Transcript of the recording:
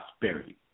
prosperity